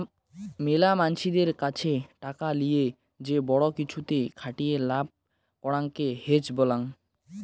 মেলা মানসিদের কাছে টাকা লিয়ে যে বড়ো কিছুতে খাটিয়ে লাভ করাঙকে হেজ বলাং